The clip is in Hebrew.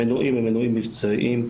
המנועים הם מנועים מבצעיים,